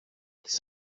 της